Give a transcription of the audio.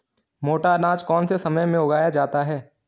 मोटा अनाज कौन से समय में उगाया जाता है?